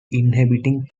inhabiting